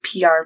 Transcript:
PR